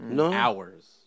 hours